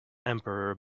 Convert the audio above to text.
emperor